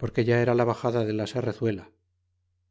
porque ya era la baxada de la